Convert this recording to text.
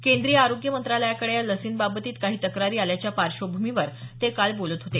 केंद्रीय आरोग्य मंत्रालयाकडे या लसींबाबतीत काही तक्रारी आल्याच्या पार्श्वभूमीवर ते काल बोलत होते